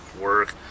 work